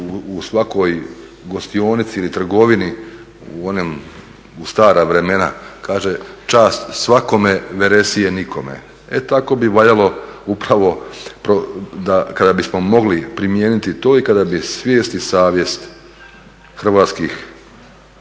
u svakoj gostionici ili trgovini u stara vremena, kaže čast svakome, veresije nikome. E tako bi valjalo upravo kada bismo mogli primijeniti to i kada bi svijest i savjest hrvatskih